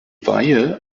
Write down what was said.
weihe